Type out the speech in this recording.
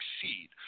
succeed